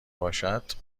باشد